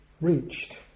reached